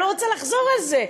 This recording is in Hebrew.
אני לא רוצה לחזור על זה,